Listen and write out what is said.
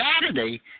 Saturday